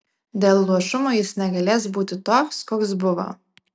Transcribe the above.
dėl luošumo jis negalės būti toks koks buvo